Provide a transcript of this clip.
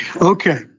Okay